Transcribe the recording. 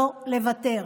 לא לוותר.